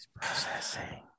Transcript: processing